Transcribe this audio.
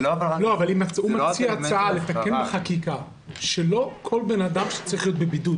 אתם מציעים לתקן בחקיקה משהו שלא כל בן אדם צריך להיות בבידוד.